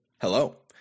Hello